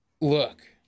look